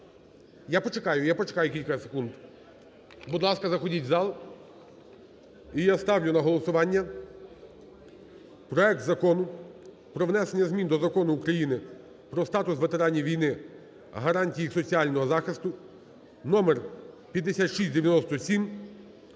Я почекаю, я почекаю кілька секунд. Будь ласка, заходіть у зал. І я ставлю на голосування проект Закону про внесення змін до Закону України "Про статус ветеранів війни, гарантії їх соціального захисту" 9№5697)